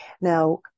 Now